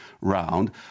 round